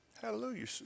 Hallelujah